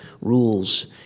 rules